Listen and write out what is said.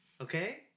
Okay